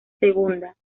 segunda